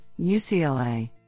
UCLA